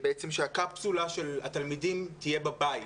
הוא שהקפסולה של התלמידים תהיה במשך חצי מהשבוע בבית.